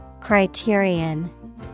Criterion